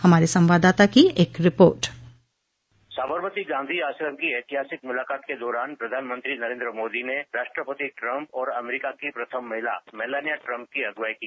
हमारे संवाददाता की एक रिपोर्ट साबरमती गांधी आश्रम की ऐतिहासिक मुलाकात के दौरान प्रधानमंत्री नरेन्द्र मेदी ने राष्ट्रपति ट्रंप और अमरीका की प्रथम महिला मेलानिया ट्रंप की अगुवाई की